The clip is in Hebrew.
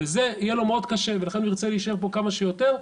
וזה יהיה לו מאוד קשה ולכן הוא ירצה להישאר פה כמה שיותר,